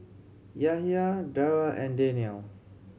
Yahya Dara and Daniel